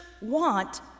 want